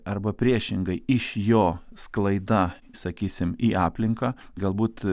arba priešingai iš jo sklaida sakysim į aplinką galbūt